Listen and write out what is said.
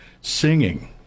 singing